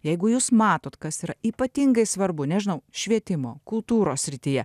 jeigu jūs matot kas yra ypatingai svarbu nežinau švietimo kultūros srityje